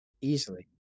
Easily